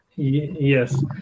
Yes